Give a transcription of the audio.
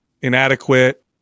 inadequate